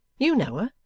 you know her